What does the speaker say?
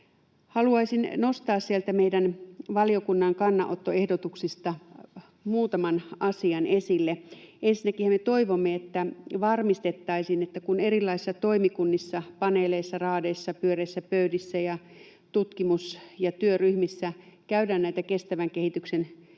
Haluaisin nostaa sieltä meidän valiokuntamme kannanottoehdotuksista muutaman asian esille. Ensinnäkin me toivomme, että varmistettaisiin, että kun erilaisissa toimikunnissa, paneeleissa, raadeissa, pyöreissä pöydissä ja tutkimus‑ ja työryhmissä käydään näitä kestävän kehityksen asioita